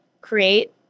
create